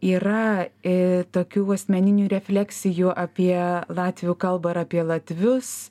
yra ir tokių asmeninių refleksijų apie latvių kalbą ir apie latvius